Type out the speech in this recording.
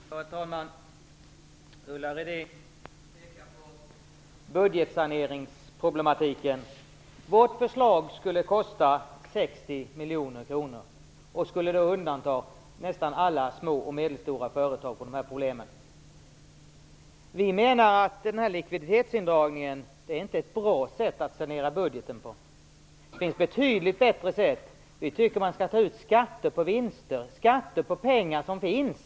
Herr talman! Ulla Rudin pekar på budgetsaneringsproblematiken. Vårt förslag skulle kosta 60 miljoner kronor, och skulle då undanta nästan alla små och medelstora företag från de här problemen. Vi menar att den här likviditetsindragningen inte är ett bra sätt att sanera budgeten på. Det finns betydligt bättre sätt. Vi tycker att man skall ta ut skatter på vinster, dvs. skatter på pengar som finns.